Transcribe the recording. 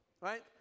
Right